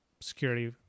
security